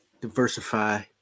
diversify